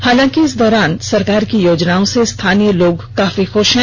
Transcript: हालांकि इस दौरान सरकार की योजनाओं से स्थानीय लोग काफी खुष हैं